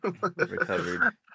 Recovered